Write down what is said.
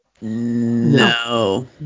No